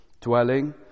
dwelling